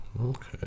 Okay